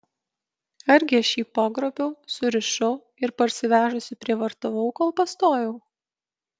argi aš jį pagrobiau surišau ir parsivežusi prievartavau kol pastojau